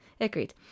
Agreed